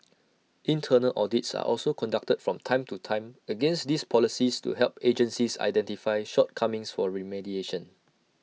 internal audits are also conducted from time to time against these policies to help agencies identify shortcomings for remediation